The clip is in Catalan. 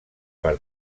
per